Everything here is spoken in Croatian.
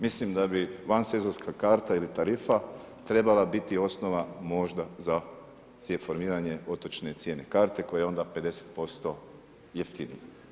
Mislim da bi vansezonska karta ili tarifa, trebala biti osnova možda za formiranje otočne cijene karte koja je onda 50% jeftinija.